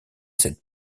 cette